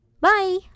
Bye